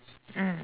mm